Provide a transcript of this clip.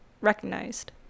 recognized